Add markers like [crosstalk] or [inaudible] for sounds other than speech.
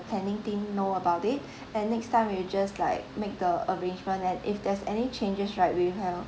planning team know about it [breath] and next time we will just like make the arrangement and if there's any changes right we'll have